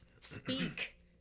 speak